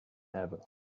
ever